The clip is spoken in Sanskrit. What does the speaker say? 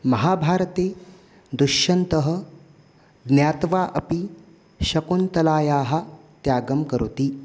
महाभारते दुश्यन्तः ज्ञात्वा अपि शकुन्तलायाः त्यागं करोति